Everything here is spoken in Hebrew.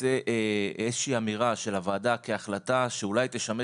תצא אמירה של הוועדה כהחלטה שאולי תשמש